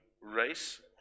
race